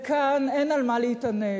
וכאן אין על מה להתענג,